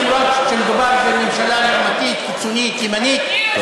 למרות שמדובר בממשלה לעומתית קיצונית ימנית,